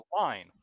line